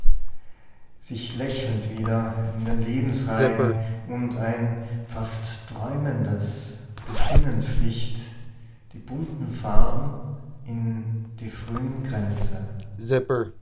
sich lächelnd wieder in den lebensreigen und ein fast träumendes besinnen flicht die bunten farben in die frühen kränze